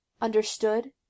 Understood